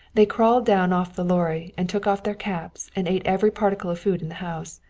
they crawled down off the lorry, and took off their caps, and ate every particle of food in the house.